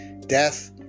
death